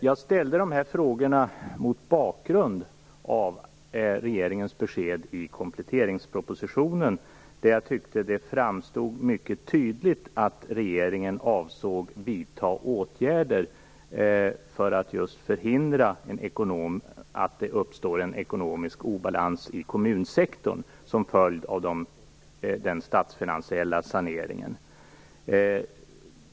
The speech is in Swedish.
Jag ställde de här frågorna mot bakgrund av regeringens besked i kompletteringspropositionen, där jag tyckte att det framgick mycket tydligt att regeringen avsåg att vidta åtgärder för att just förhindra att det uppstår en ekonomisk obalans i kommunsektorn som en följd av den statsfinansiella saneringen.